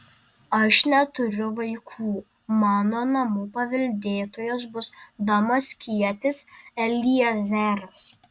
aš neturiu vaikų mano namų paveldėtojas bus damaskietis eliezeras